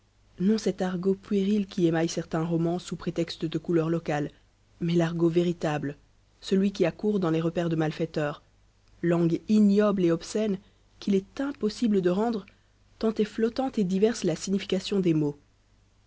non cet argot puéril qui émaille certains romans sous prétexte de couleur locale mais l'argot véritable celui qui a cours dans les repaires de malfaiteurs langue ignoble et obscène qu'il est impossible de rendre tant est flottante et diverse la signification des mots